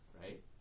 right